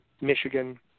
Michigan